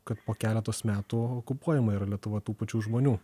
kad po keletos metų okupuojama yra lietuva tų pačių žmonių